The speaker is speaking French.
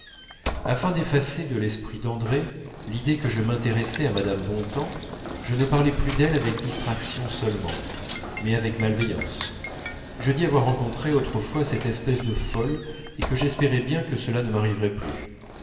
afin d'effacer de l'esprit d'andrée l'idée que je m'intéressais à mme bontemps je ne parlai plus d'elle avec distraction seulement mais avec malveillance je dis avoir rencontré autrefois cette espèce de folle et que j'espérais bien que cela ne m'arriverait plus